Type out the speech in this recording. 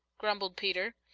grumbled peter.